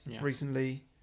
recently